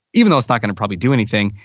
even though it's not gonna probably do anything.